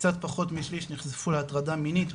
קצת פחות משליש נחשפו להטרדה מינית,